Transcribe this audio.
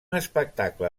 espectacle